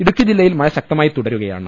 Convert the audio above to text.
ഇടുക്കി ജില്ലയിൽ മഴ ശക്തമായി തുടരുകയാണ്